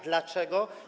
Dlaczego?